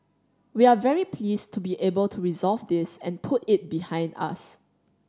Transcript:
we're very pleased to be able to resolve this and put it behind us